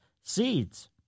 seeds